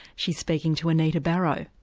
she's speaking to anita barraud.